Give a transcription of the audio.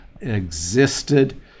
existed